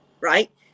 right